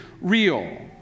real